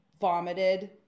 vomited